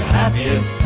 happiest